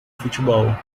futebol